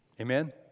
Amen